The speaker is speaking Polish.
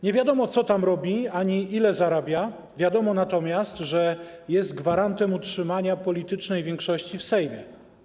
Nie wiadomo, co tam robi ani ile zarabia, wiadomo natomiast, że jest gwarantem utrzymania politycznej większości w Sejmie.